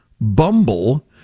Bumble